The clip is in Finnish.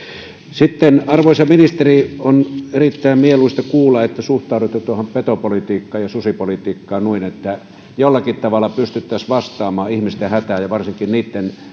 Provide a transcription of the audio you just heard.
sitten arvoisa ministeri on erittäin mieluista kuulla että suhtaudutte tuohon petopolitiikkaan ja susipolitiikkaan niin että jollakin tavalla pystyttäisiin vastaamaan ihmisten hätään ja varsinkin niitten